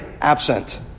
absent